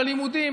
בלימודים,